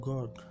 God